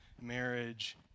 marriage